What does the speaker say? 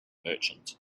merchant